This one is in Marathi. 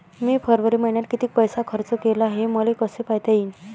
मी फरवरी मईन्यात कितीक पैसा खर्च केला, हे मले कसे पायता येईल?